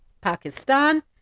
Pakistan